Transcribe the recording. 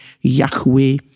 yahweh